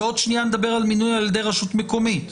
עוד רגע נדבר על מינוי על ידי רשות מקומית.